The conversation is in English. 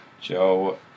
Joe